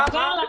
מה?